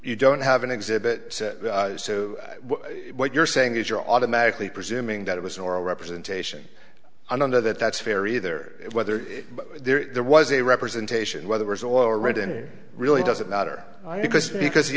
you don't have an exhibit so what you're saying is you're automatically presuming that it was an oral representation i don't know that that's fair either whether there was a representation whether words or written it really doesn't matter because because he